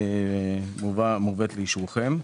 והיא מובאת לאישורכם.